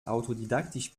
autodidaktisch